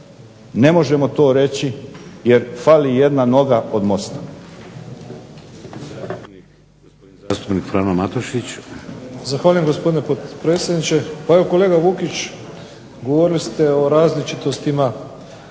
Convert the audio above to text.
ne možemo to reći jer fali jedna noga od mosta.